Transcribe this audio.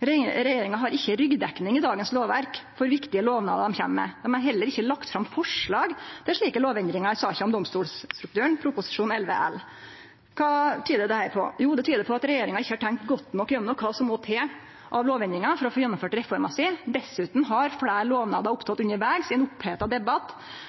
Regjeringa har ikkje ryggdekning i dagens lovverk for viktige lovnader dei kjem med. Dei har heller ikkje lagt fram forslag til slike lovendringar i saka om domstolstrukturen, Prop. 11 L. Kva tyder dette på? Jo, det tyder på at regjeringa ikkje har tenkt godt nok gjennom kva som må til av lovendringar for å få gjennomført reforma si. Dessutan har fleire lovnader oppstått undervegs i ein oppheta debatt